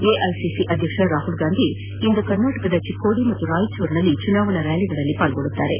AICC ಅಧ್ಯಕ್ಷ ರಾಹುಲ್ಗಾಂಧಿ ಇಂದು ಕರ್ನಾಟಕದ ಚಿಕ್ಕೋಡಿ ಮತ್ತು ರಾಯಚೂರಿನಲ್ಲಿ ಚುನಾವಣಾ ರ್ಹಾಲಿಗಳಲ್ಲಿ ಭಾಗವಹಿಸಲಿದ್ದಾರೆ